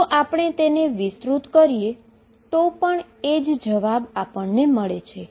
જો આપણે તેને વિસ્તૃત કરીએ તો પણ એ જ જવાબ આપણને મળે છે